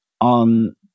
on